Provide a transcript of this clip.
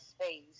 space